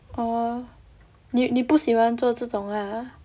oh 你不喜欢做这种 lah